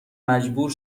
مجبور